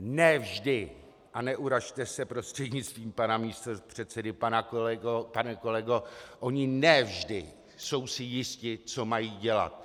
Ne vždy, a neurazte se, prostřednictvím pana místopředsedy pane kolego, oni ne vždy jsou si jisti, co mají dělat.